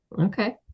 Okay